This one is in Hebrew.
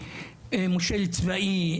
מושל צבאי,